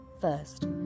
First